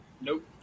nope